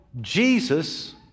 Jesus